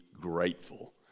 grateful